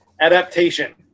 Adaptation